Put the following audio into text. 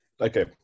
okay